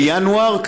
לינואר,